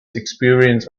experience